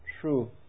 true